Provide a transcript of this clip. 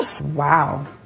Wow